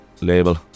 label